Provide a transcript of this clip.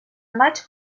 maig